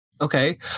Okay